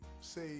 say